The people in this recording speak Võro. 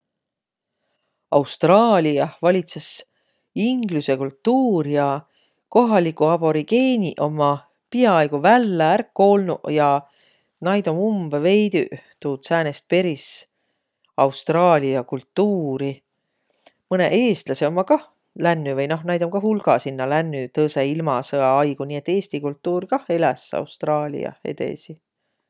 Austraaliah valitsõs inglüse kultuur ja kohaliguq aborigeeniq ommaq piaaigu vällä ärq koolnuq ja naid um umbõ veidüq, tuud säänest peris austraalia kultuuri. Mõnõq eestläseq ommaq kah lännüq, vai noh, naid oma kah hulga sinnäq lännüq Tõõsõ ilmasõa aigu, nii et eesti kultuur kah eläs Austraaliah edesi.